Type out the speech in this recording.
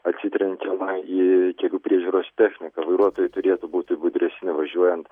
atsitrenkiama į kelių priežiūros techniką vairuotojai turėtų būti budresni važiuojant